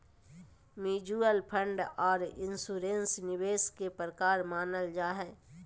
mutual fund आर insurance निवेश के प्रकार मानल जा हय